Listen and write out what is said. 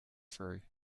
through